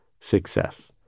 success